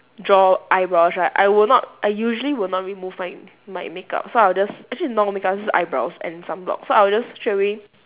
draw eyebrows right I will not I usually will not remove my my makeup so I'll just actually it's not makeup it's just eyebrows and sunblock so I'll just straightaway